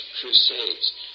Crusades